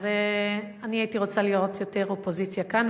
אז אני הייתי רוצה לראות יותר אופוזיציה כאן.